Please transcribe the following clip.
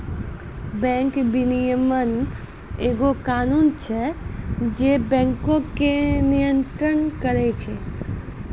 bank विनियमन एगो कानून छै जे बैंको के नियन्त्रण करै छै